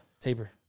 taper